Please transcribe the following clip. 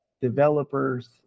developers